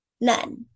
None